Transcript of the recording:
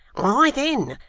why then,